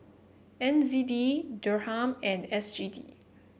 N Z D Dirham and S G D